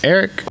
Eric